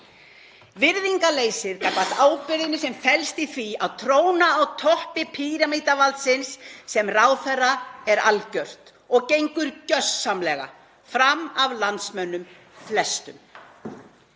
Virðingarleysið gagnvart ábyrgðinni sem felst í því að tróna á toppi píramídavaldsins sem ráðherra er algjört og gengur gjörsamlega fram af landsmönnum flestum.